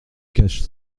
cache